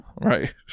right